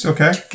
Okay